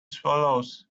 swallows